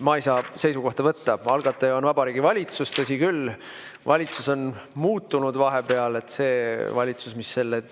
ma ei saa seisukohta võtta, algataja on Vabariigi Valitsus. Tõsi küll, valitsus on vahepeal muutunud. See valitsus, mis selle